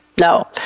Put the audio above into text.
No